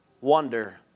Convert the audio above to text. wonder